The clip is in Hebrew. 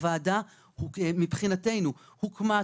הוועדה מבחינתנו הוקמה,